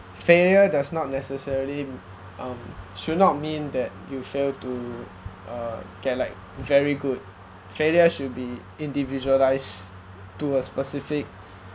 failure does not necessarily um should not mean that you fail to uh get like very good failure should be individualised to a specific